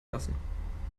lassen